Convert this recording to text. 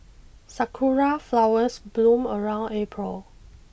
sakura flowers bloom around April